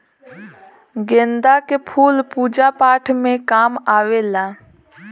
गेंदा के फूल पूजा पाठ में काम आवेला